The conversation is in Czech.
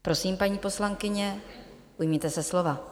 Prosím, paní poslankyně, ujměte se slova.